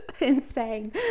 insane